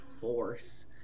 force